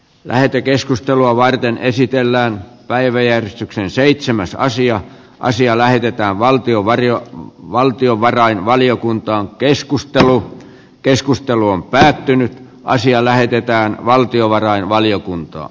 lähetekeskustelua varten esitellään päiväjärjestyksen seitsemäs sija asiaa lähdetään valtiovaria valtiovarainvaliokuntaan keskustelu keskustelu on päättynyt naisia euroa säästyvän